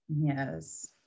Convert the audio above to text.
Yes